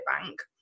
bank